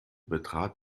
betrat